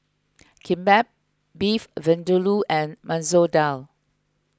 Kimbap Beef Vindaloo and Masoor Dal